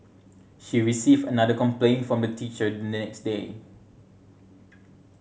she received another complaint from the teacher the next day